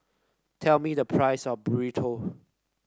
tell me the price of Burrito